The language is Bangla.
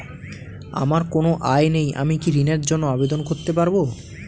আমার কোনো আয় নেই আমি কি ঋণের জন্য আবেদন করতে পারব?